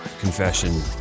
confession